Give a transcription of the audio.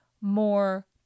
more